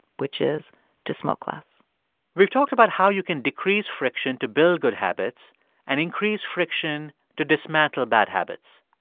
which is to smoke less we've talked about how you can decrease friction to build good habits and increase friction to dismantle bad habits.